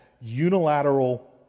unilateral